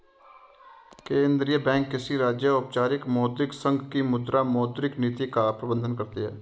केंद्रीय बैंक किसी राज्य, औपचारिक मौद्रिक संघ की मुद्रा, मौद्रिक नीति का प्रबन्धन करती है